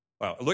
Wow